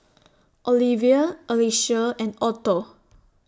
Olevia Alycia and Otto